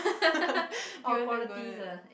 you want to go to